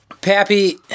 Pappy